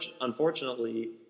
unfortunately